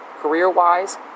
career-wise